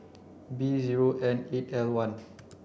B zero N eight L one